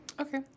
okay